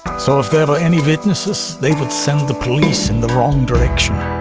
so if there were any witnesses, they would send the police in the wrong direction.